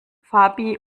fabi